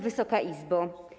Wysoka Izbo!